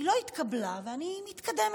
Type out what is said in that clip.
היא לא התקבלה ואני מתקדמת.